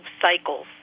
cycles